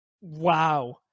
Wow